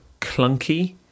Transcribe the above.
clunky